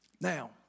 Now